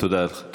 תודה רבה, אדוני.